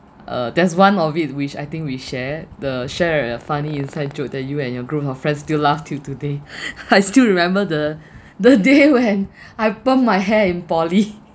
uh that's one of it which I think we share the share of funny inside joke that you and your group of friends still laugh till today I still remember the the day when I permed my hair in poly